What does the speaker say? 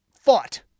fought